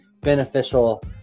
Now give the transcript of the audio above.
beneficial